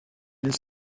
his